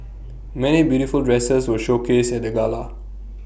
many beautiful dresses were showcased at the gala